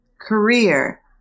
career